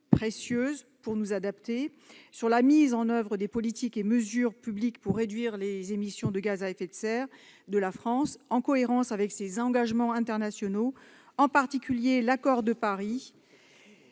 précieuses sur la mise en oeuvre des politiques et mesures publiques pour réduire les émissions de gaz à effet de serre de la France, en cohérence avec ses engagements internationaux, en particulier l'accord de Paris,